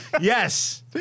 Yes